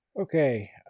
Okay